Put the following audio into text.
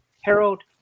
Harold